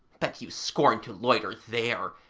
but you scorn to loiter there,